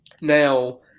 Now